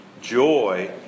Joy